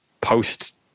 post